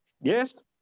Yes